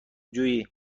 جویی